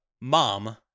Mom